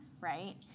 right